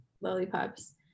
lollipops